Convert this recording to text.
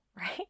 right